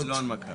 ללא הנמקה.